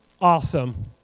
awesome